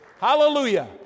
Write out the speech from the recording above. Hallelujah